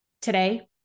today